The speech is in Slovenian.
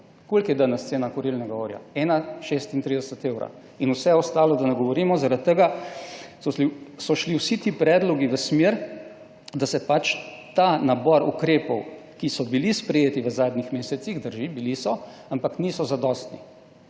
Koliko je danes cena kurilnega olja? 1,36 evra in vse ostalo, da ne govorimo, zaradi tega so šli, so šli vsi ti predlogi v smer, da se pač ta nabor ukrepov, ki so bili sprejeti v zadnjih mesecih, drži, bili so, ampak niso zadostni,